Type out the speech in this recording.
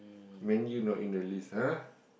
Man-U not in the list ha